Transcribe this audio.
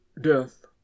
Death